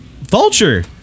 Vulture